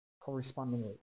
correspondingly